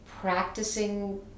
practicing